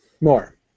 more